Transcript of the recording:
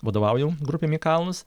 vadovauju grupėm į kalnus